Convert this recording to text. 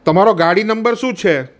તમારો ગાડી નંબર શું છે